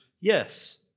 yes